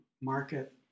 market